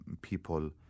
people